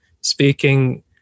speaking